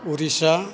Orissa